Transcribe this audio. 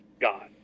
God